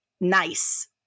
nice